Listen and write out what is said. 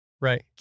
right